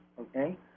okay